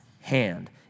hand